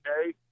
okay